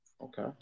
Okay